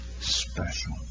Special